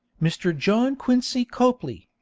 mr. john quincy copley,